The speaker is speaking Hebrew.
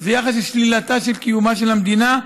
זה יחס של שלילת קיומה של המדינה.